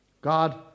God